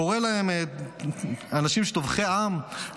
קורא להם אנשים טובחי עם,